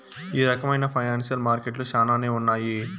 ఈ రకమైన ఫైనాన్సియల్ మార్కెట్లు శ్యానానే ఉన్నాయి